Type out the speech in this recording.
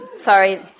sorry